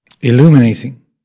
illuminating